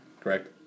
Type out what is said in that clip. Correct